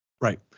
Right